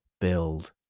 build